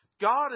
God